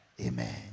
Amen